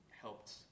helped